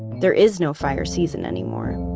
there is no fire season anymore